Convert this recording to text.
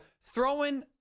throwing